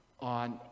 on